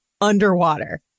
underwater